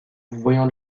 voyons